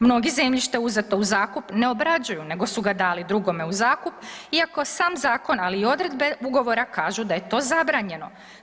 Mnogi zemljište uzeto u zakup ne obrađuju nego su ga dali drugome u zakup iako sam zakon, ali i odredbe ugovora kažu da je to zabranjeno.